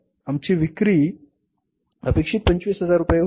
तर आमची विक्री अपेक्षित 25000 रुपये होती